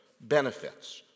benefits